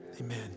Amen